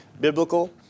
biblical